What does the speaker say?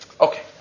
Okay